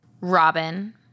Robin